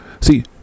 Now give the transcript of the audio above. See